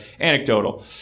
anecdotal